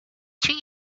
treat